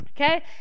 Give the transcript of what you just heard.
okay